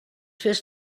fes